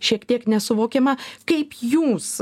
šiek tiek nesuvokiama kaip jūs